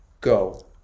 go